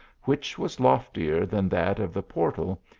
which was loftier than that of the portal,